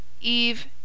Eve